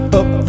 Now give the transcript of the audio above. up